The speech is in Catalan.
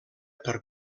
per